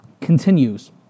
continues